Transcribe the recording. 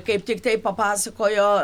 kaip tiktai papasakojo